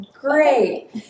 great